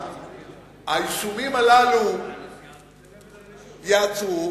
האישומים הללו ייעצרו.